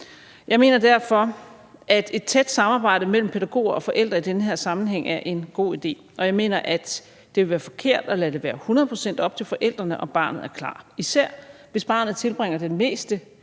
jeg mener derfor, at et tæt samarbejde mellem pædagoger og forældre i den her sammenhæng er en god idé, og jeg mener, at det ville være forkert at lade det være 100 pct. op til forældrene, om barnet er klar. Det gælder især, hvis barnet tilbringer det meste